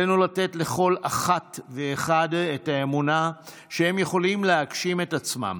עלינו לתת לכל אחת ואחד את האמונה שהם יכולים להגשים את עצמם